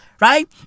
right